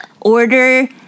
order